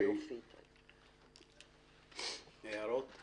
הצבעה בעד,